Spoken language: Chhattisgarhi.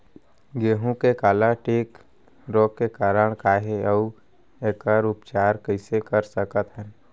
गेहूँ के काला टिक रोग के कारण का हे अऊ एखर उपचार कइसे कर सकत हन?